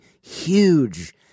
huge